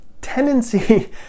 tendency